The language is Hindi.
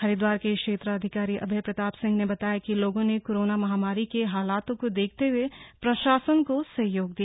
हरिद्वार के क्षेत्राधिकारी अभय प्रताप सिंह ने बताया की लोगों ने कोरोना महामारी के हालातों को देखते हुए प्रशासन को सहयोग दिया